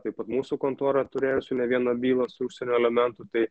taip pat mūsų kontora turėjusi ne vieną bylą su užsienio elementu tai